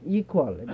equal